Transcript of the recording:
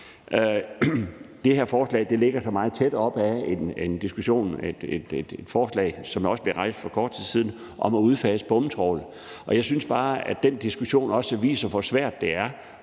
Det her forslag lægger sig meget tæt op ad et forslag, som også blev rejst for kort tid siden, om at udfase bomtrawl, og jeg synes bare, at den diskussion også viser, hvor svært det er